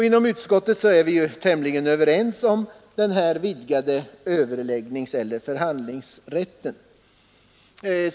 Inom utskottet är vi tämligen överens om denna vidgade överläggningseller förhandlingsrätt.